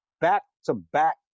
back-to-back